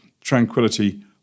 tranquility